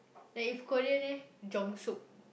then if Korean eh Jung-Sook